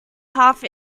half